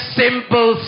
simple